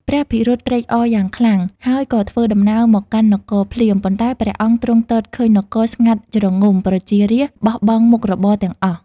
ព្រះភិរុតត្រេកអរយ៉ាងខ្លាំង ហើយក៏ធ្វើដំណើរមកកាន់នគរភ្លាម ប៉ុន្តែព្រះអង្គទ្រង់ទតឃើញនគរ ស្ងាត់ជ្រងំប្រជារាស្ត្រ បោះបង់មុខរបរទាំងអស់។